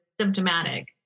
Symptomatic